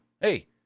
Hey